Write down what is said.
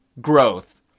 Growth